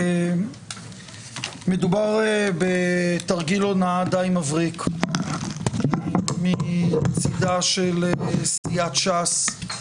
מדובר בתרגיל הונאה די מבריק מצידה של סיעת ש"ס,